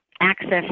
access